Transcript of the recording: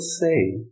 say